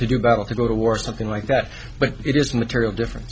do battle to go to war or something like that but it is a material difference